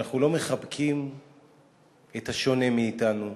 שאנחנו לא מחבקים את השונה מאתנו,